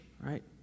right